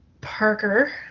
Parker